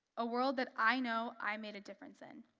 a world that i know i made a difference in.